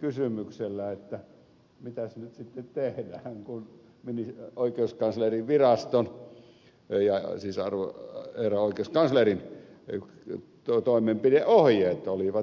kysymyksellä mitäs nyt sitten tehdään oikeuskanslerinviraston ja herra oikeuskanslerin toimenpideohjeet olivat hyvin selvät